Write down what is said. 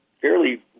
fairly